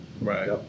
Right